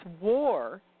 war